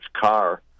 car